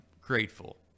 grateful